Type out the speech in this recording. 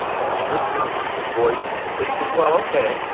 constricted voice. so you think, well, ok,